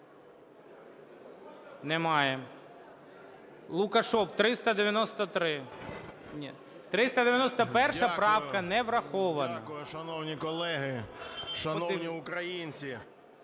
Немає. Лукашев, 393. 391 правка не врахована.